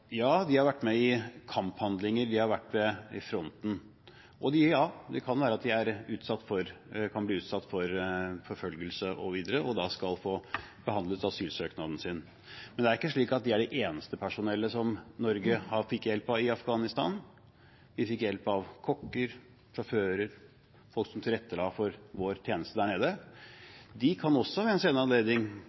Ja, de har vært med i kamphandlinger, de har vært ved fronten, og det kan være at de kan bli utsatt for forfølgelse osv., og da skal få behandlet asylsøknaden sin. Men de er ikke det eneste personellet som Norge fikk hjelp av i Afghanistan. Vi fikk hjelp av kokker, sjåfører, folk som tilrettela for vår tjeneste der nede. De kan også ved en senere anledning